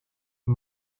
the